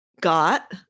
got